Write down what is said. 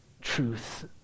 truth